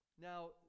Now